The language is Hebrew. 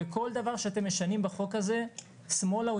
כל דבר שאתם משנים בחוק הזה שמאלה או